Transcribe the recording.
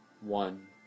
One